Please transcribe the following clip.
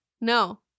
no